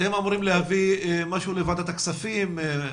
אתם אמורים להביא משהו לוועדת הכספים?